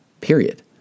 period